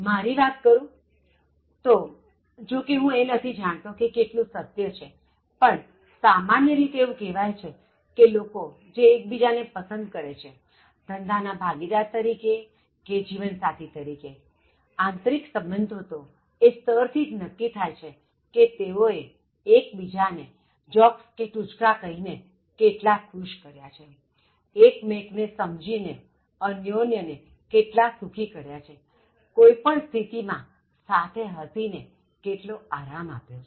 મારી વાત કરું તોજો કે હું નથી જાણતો કે એ કેટલું સત્ય છે પણ સામાન્ય રીતે એવું કહેવાય કે લોકો જે એક્બીજાને પસંદ કરે છે ધંધા ના ભાગીદાર તરીકે કે જીવનસાથી તરીકે આંતરિક સંબંધો તો એ સ્તર થી જ નક્કી થાય છે કે તેઓએ એક્બીજાને જોક્સ કે ટૂચકા કહીને કેટલા ખુશ કર્યા છેએકમેક ને સમજીને અન્યોન્ય ને કેટલા સુખી કર્યા છે કોઇ પણ સ્થિતિ માં સાથે હસીને કેટલો આરામ આપ્યો છે